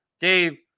Dave